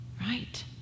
Right